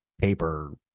paper